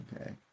Okay